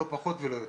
לא פחות ולא יותר.